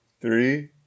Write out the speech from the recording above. Three